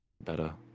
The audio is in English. better